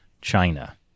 china